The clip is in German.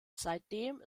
seitdem